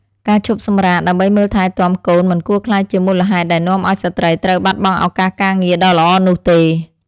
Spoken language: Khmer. ការឈប់សម្រាកដើម្បីមើលថែទាំកូនមិនគួរក្លាយជាមូលហេតុដែលនាំឱ្យស្ត្រីត្រូវបាត់បង់ឱកាសការងារដ៏ល្អនោះទេ។